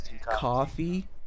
coffee